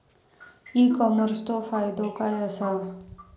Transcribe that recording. E कॉमर्सचो फायदो काय असा?